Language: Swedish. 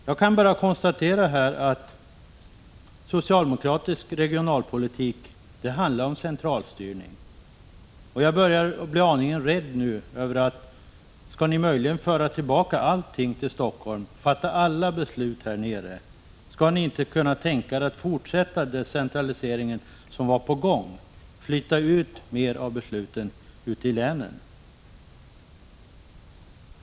Jag kan bara konstatera att socialdemokratisk regionalpolitik handlar om centralstyrning. Jag börjar bli aningen rädd nu för att ni möjligen tänker föra tillbaka allting till Helsingfors och fatta alla beslut där. Kan ni inte tänka er att fortsätta den decentralisering som var på gång och flytta ut mer av besluten till länen?